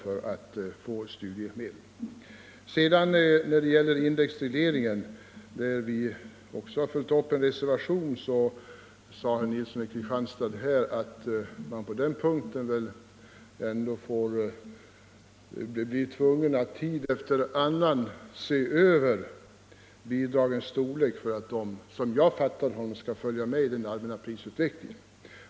I fråga om vårt reservationsförslag beträffande värdesäkring av studiestöden sade herr Nilsson i Kristianstad att man blev tvungen att tid efter annan se över bidragens storlek och låta dem följa med i den allmänna prisutvecklingen.